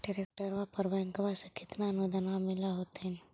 ट्रैक्टरबा पर बैंकबा से कितना अनुदन्मा मिल होत्थिन?